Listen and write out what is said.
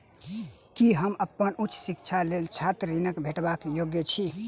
की हम अप्पन उच्च शिक्षाक लेल छात्र ऋणक भेटबाक योग्य छी?